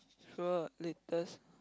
sure latest